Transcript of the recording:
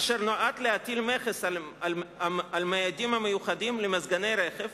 אשר נועד להטיל מכס על מאיידים המיוחדים למזגני רכב,